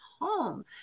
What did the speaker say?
home